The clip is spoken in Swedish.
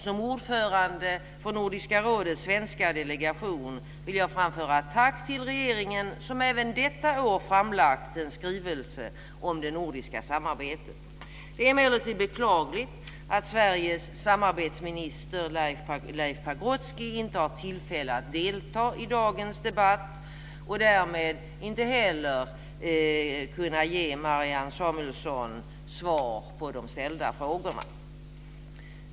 Som ordförande för Nordiska rådets svenska delegation vill jag framföra ett tack till regeringen som även detta år framlagt en skrivelse om det nordiska samarbetet. Det är emellertid beklagligt att Sveriges samarbetsminister Leif Pagrotsky inte har tillfälle att delta i dagens debatt och därmed inte heller kan ge Marianne Samuelsson svar på de ställda frågorna.